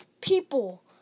People